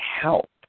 help